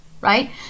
right